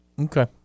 Okay